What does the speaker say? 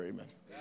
Amen